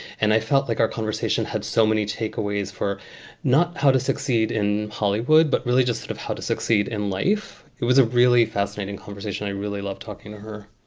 and i felt like our conversation had so many takeaways for not how to succeed in hollywood, but really just sort of how to succeed in life. it was a really fascinating conversation. i really love talking to her